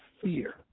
fear